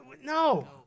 No